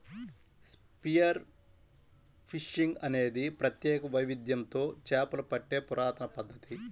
spear fishing అనేది ప్రత్యేక వైవిధ్యంతో చేపలు పట్టే పురాతన పద్ధతి